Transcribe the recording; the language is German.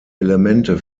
elemente